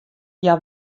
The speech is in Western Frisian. hja